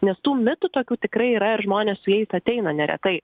nes tų mitų tokių tikrai yra ir žmonės su jais ateina neretai